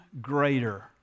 greater